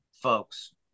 folks